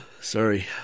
Sorry